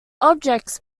objects